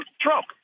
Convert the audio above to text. Trump